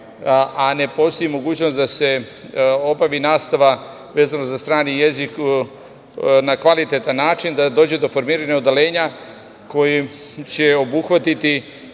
a ne postoji mogućnost da se obavi nastava vezano za strani jezik na kvalitetan način, da dođe do formiranja odeljenja koja će obuhvatiti